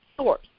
source